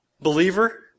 Believer